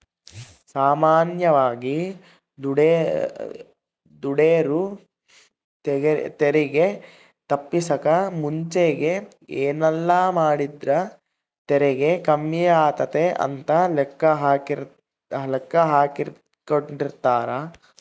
ಸಾಮಾನ್ಯವಾಗಿ ದುಡೆರು ತೆರಿಗೆ ತಪ್ಪಿಸಕ ಮುಂಚೆಗೆ ಏನೆಲ್ಲಾಮಾಡಿದ್ರ ತೆರಿಗೆ ಕಮ್ಮಿಯಾತತೆ ಅಂತ ಲೆಕ್ಕಾಹಾಕೆಂಡಿರ್ತಾರ